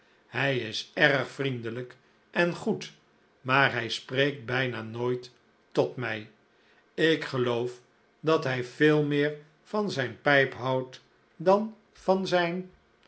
hij is erg vriendelijk en goed maar hij spreekt bijna nooit tot mij ik geloof dat hij veel meer van zijn pijp houdt dan van zijn